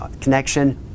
Connection